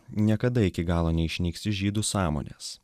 niekada iki galo neišnyks iš žydų sąmonės